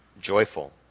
joyful